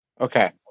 Okay